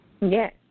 Yes